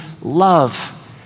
love